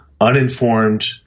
uninformed